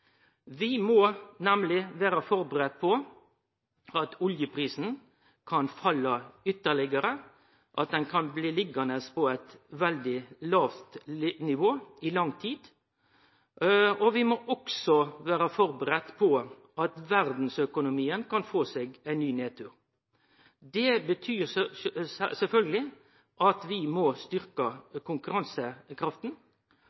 Vi må nemleg vere førebudde på at oljeprisen kan falle ytterlegare, at han kan bli liggjande på eit veldig lågt nivå i lang tid, og vi må også vere førebudde på at verdsøkonomien kan få seg ein ny nedtur. Det betyr sjølvsagt at vi må